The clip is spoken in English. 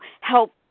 help